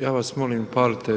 Ja vas molim upalite